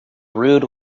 rude